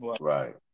Right